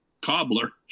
cobbler